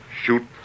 shoot